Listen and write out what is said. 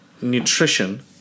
nutrition